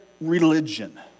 religion